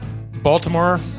baltimore